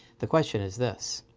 the question is this